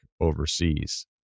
overseas